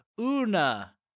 una